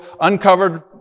uncovered